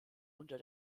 unter